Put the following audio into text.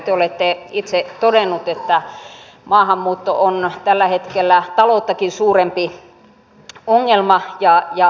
te olette itse todennut että maahanmuutto on tällä hetkellä talouttakin suurempi ongelma ja haaste meille